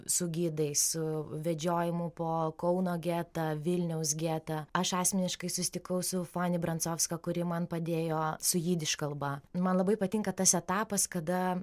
su gidais su vedžiojimu po kauno getą vilniaus getą aš asmeniškai susitikau su fani brandzovska kuri man padėjo su jidiš kalba man labai patinka tas etapas kada